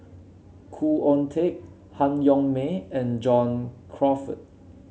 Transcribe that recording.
Khoo Oon Teik Han Yong May and John Crawfurd